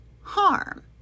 harm